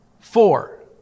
Four